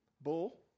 Bull